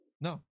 No